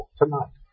tonight